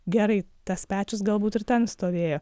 gerai tas pečius galbūt ir ten stovėjo